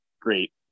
great